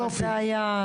יופי.